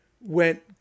went